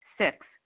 Six